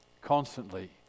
constantly